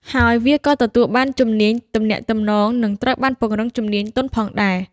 ហើយវាក៏ទទួលបានជំនាញទំនាក់ទំនងនឹងត្រូវបានពង្រឹងជំនាញទន់ផងដែរ។